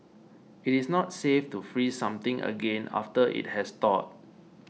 it is not safe to freeze something again after it has thawed